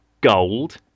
Gold